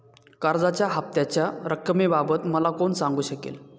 कर्जाच्या हफ्त्याच्या रक्कमेबाबत मला कोण सांगू शकेल?